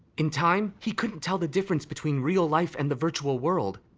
in time, he couldn't tell the difference between real life and the virtual world.